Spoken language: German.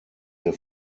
der